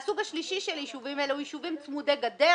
הסוג השלישי של היישובים האלה הם יישובים צמודי גדר,